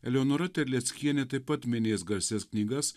eleonora terleckienė taip pat minės garsias knygas